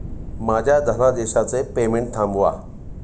माझ्या धनादेशाचे पेमेंट थांबवा